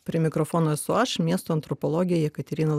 prie mikrofono esu aš miesto antropologė jekaterina